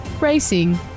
racing